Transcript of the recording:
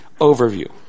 overview